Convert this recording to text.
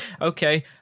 Okay